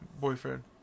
boyfriend